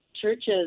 churches